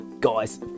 Guys